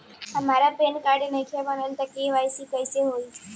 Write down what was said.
हमार PAN card नईखे बनल त के.वाइ.सी कइसे होई?